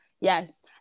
yes